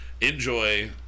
Enjoy